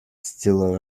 still